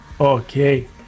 Okay